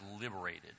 liberated